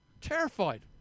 Terrified